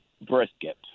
brisket